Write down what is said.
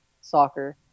soccer